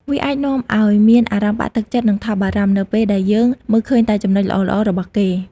វាអាចនាំឲ្យមានអារម្មណ៍បាក់ទឹកចិត្ត និងថប់បារម្ភ នៅពេលដែលយើងមើលឃើញតែចំណុចល្អៗរបស់គេ ។